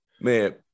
man